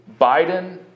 Biden